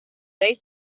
they